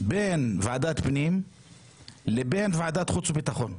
של ועדת הפנים וועדת חוץ וביטחון,